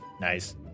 Nice